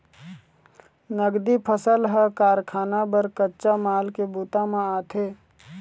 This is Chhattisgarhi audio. नगदी फसल ह कारखाना बर कच्चा माल के बूता म आथे